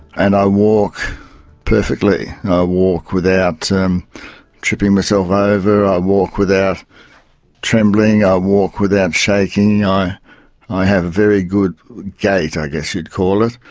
and i walk perfectly, i walk without um tripping myself over, i walk without trembling, i walk without shaking, i i have a very good gait, i guess you'd call it.